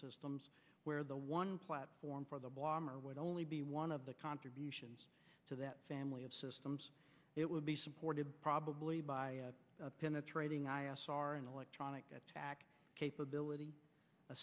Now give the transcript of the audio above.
systems where the one platform for the bomber would only be one of the contributions to that family of systems it would be supported probably by penetrating i os are an electronic attack capability a